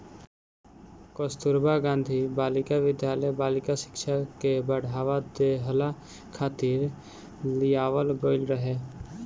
कस्तूरबा गांधी बालिका विद्यालय बालिका शिक्षा के बढ़ावा देहला खातिर लियावल गईल रहे